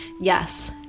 Yes